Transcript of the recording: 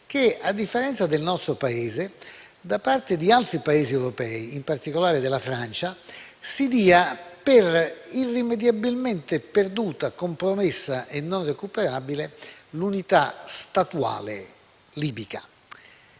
che, a differenza del nostro Paese, da parte di altri Paesi europei, in particolare della Francia, si dia per irrimediabilmente perduta, compromessa e non recuperabile l'unità statuale libica.